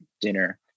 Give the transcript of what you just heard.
dinner